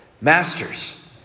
Masters